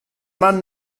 man